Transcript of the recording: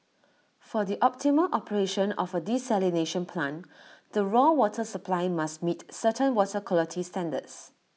for the optimal operation of A desalination plant the raw water supply must meet certain water quality standards